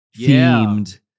themed